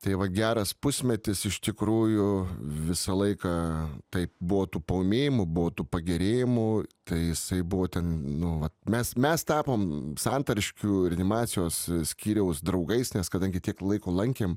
tai va geras pusmetis iš tikrųjų visą laiką taip buvo tų paūmėjimų buvo tų pagerėjimų tai jisai buvo ten nu vat mes mes tapom santariškių reanimacijos skyriaus draugais nes kadangi tiek laiko lankėm